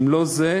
ואם לא זה,